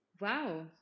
Wow